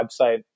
website